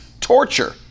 torture